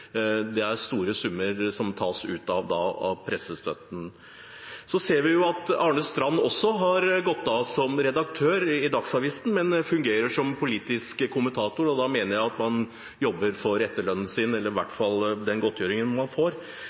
Det er store summer som da tas av pressestøtten. Så ser vi at Arne Strand har gått av som redaktør i Dagsavisen, men fungerer som politisk kommentator, og da mener jeg at man jobber for etterlønnen sin – eller den godtgjørelsen man får.